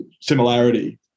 similarity